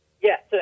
Yes